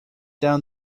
down